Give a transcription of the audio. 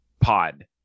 pod